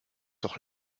doch